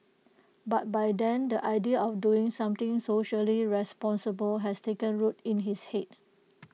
but by then the idea of doing something socially responsible had taken root in his Head